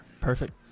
perfect